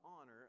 honor